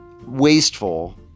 wasteful